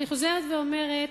אני חוזרת ואומרת,